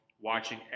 watching